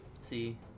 See